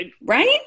right